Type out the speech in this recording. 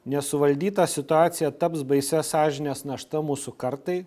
nesuvaldyta situacija taps baisia sąžinės našta mūsų kartai